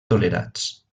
tolerats